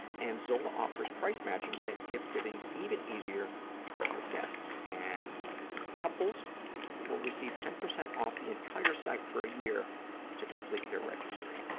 and zola offers price matching to make gift-giving even easier for your guests. and couples will receive ten percent off the entire site for a year to complete their registry.